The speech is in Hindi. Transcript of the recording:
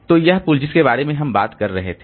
तो वह पूल जिसके बारे में हम बात कर रहे थे